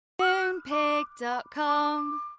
Moonpig.com